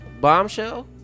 bombshell